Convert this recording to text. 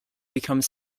become